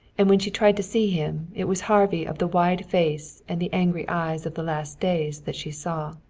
and when she tried to see him it was harvey of the wide face and the angry eyes of the last days that she saw.